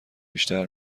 بیشتر